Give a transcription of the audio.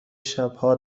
شبها